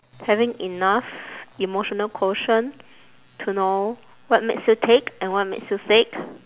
having enough emotional quotient to know what makes you tick and what makes you sick